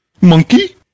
Monkey